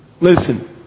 Listen